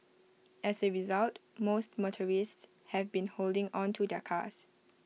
as A result most motorists have been holding on to their cars